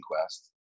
quest